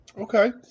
Okay